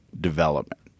development